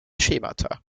schemata